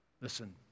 Listen